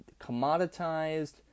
commoditized